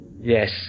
yes